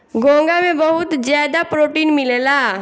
घोंघा में बहुत ज्यादा प्रोटीन मिलेला